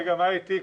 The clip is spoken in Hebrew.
רגע, מה איתי?